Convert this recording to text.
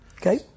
Okay